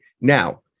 Now